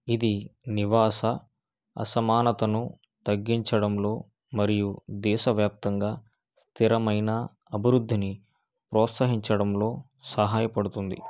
ఇది నివాస అసమానతను తగ్గించడంలో మరియు దేశవ్యాప్తంగా స్థిరమైన అభివృద్ధిని ప్రోత్సహించడంలో సహాయపడుతుంది